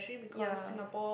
ya